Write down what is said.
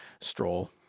stroll